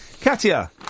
Katia